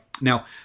Now